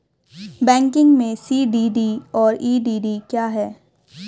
Banking में CDD और EDD क्या हैं?